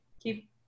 keep